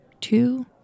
two